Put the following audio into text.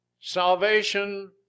Salvation